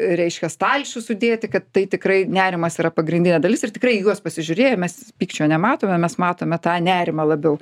reiškia stalčių sudėti kad tai tikrai nerimas yra pagrindinė dalis ir tikrai į juos pasižiūrėję mes pykčio nematome mes matome tą nerimą labiau